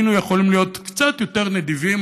היינו יכולים להיות קצת יותר נדיבים,